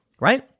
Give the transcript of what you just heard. right